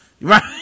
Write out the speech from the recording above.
Right